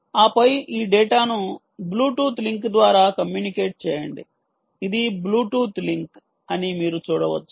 ఆపై ఈ డేటాను బ్లూటూత్ లింక్ ద్వారా కమ్యూనికేట్ చేయండి ఇది బ్లూటూత్ లింక్ అని మీరు చూడవచ్చు